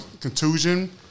contusion